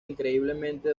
increíblemente